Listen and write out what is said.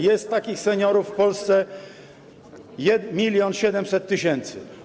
Jest takich seniorów w Polsce 1700 tys.